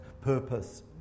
purpose